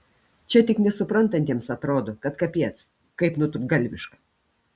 čia tik nesuprantantiems atrodo kad kapiec kaip nutrūktgalviška